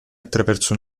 attraverso